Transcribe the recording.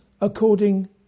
according